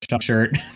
shirt